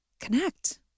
connect